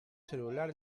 celular